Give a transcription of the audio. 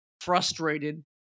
frustrated